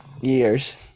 years